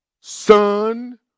son